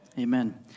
Amen